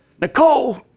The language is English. Nicole